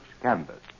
Canvas